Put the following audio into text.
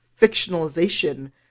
fictionalization